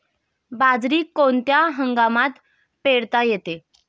बाजरी कोणत्या हंगामात पेरता येते?